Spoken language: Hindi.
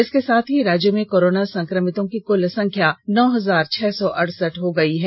इसके साथ ही राज्य में कोरोना संक्रमितों की कुल संख्या नौ हजार छह सौ अडसठ हो गई है